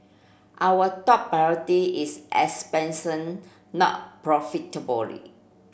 our top priority is expansion not profitably